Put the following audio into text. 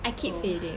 oh